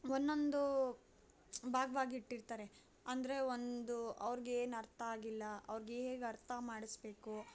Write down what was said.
ಮೊನ್ನೊಂದು ಭಾಗ್ಭಾಗ ಇಟ್ಟಿರ್ತಾರೆ ಅಂದರೆ ಒಂದು ಅವ್ರಿಗೆ ಏನು ಅರ್ಥ ಆಗಿಲ್ಲ ಅವರಿಗೆ ಹೇಗೆ ಅರ್ಥ ಮಾಡಿಸಬೇಕು